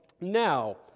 now